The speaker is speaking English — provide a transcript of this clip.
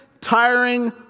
tiring